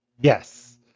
Yes